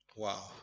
Wow